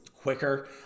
quicker